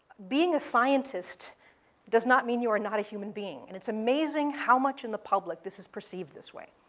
being a scientist does not mean you're and not a human being, and it's amazing how much in the public this is perceived this way.